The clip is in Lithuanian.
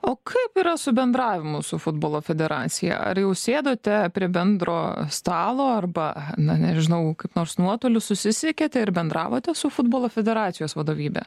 o kaip yra su bendravimu su futbolo federacija ar jau sėdote prie bendro stalo arba na nežinau kaip nors nuotoliu susisiekėt ir bendravote su futbolo federacijos vadovybe